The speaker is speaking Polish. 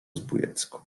zbójecku